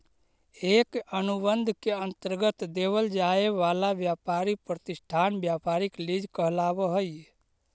एक अनुबंध के अंतर्गत देवल जाए वाला व्यापारी प्रतिष्ठान व्यापारिक लीज कहलाव हई